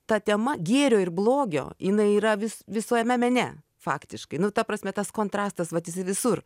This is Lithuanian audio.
ta tema gėrio ir blogio jinai yra vis visame mene faktiškai nu ta prasme tas kontrastas vat jisai visur